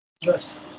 Yes